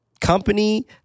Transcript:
company